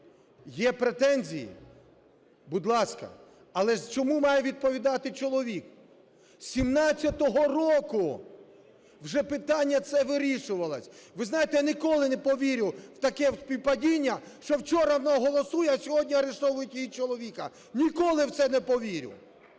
є претензії, будь ласка, але чому має відповідати чоловік? З 2017 року вже питання це вирішувалося. Ви знаєте, я ніколи не повірю в таке співпадіння, що вчора вона голосує, а сьогодні арештовують її чоловіка. Ніколи в це не повірю!